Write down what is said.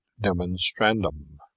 demonstrandum